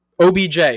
OBJ